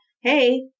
hey